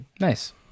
Nice